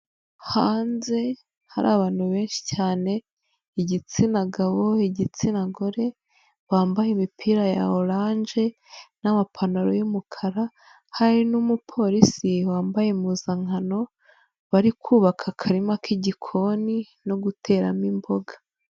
Hanze hari abantu benshi cyane, igitsina gabo, igitsina gore bambaye imipira ya oranje n'amapantaro y'umukara hari n'umupolisi wambaye impuzankano bari kubaka akarima k'igikoni no guteramo imboga.